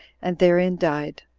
and therein died.